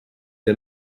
der